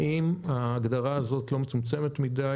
האם ההגדרה הזאת לא מצומצמת מדי,